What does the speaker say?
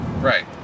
Right